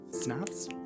Snaps